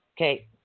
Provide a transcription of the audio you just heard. Okay